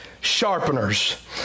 sharpeners